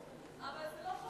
אבל זה לא חדש,